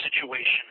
situation